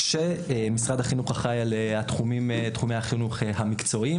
כשמשרד החינוך אחראי על תחומי החינוך המקצועיים,